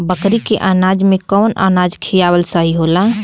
बकरी के अनाज में कवन अनाज खियावल सही होला?